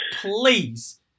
please